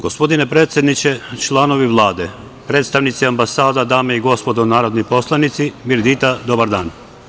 Gospodine predsedniče, članovi Vlade, predstavnici ambasada, dame i gospodo narodni poslanici, mirdita, dobar dan.